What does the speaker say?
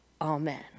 Amen